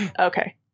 okay